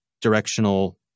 directional